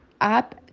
up